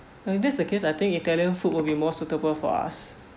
uh if that's the case I think italian food will be more suitable for us